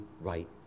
right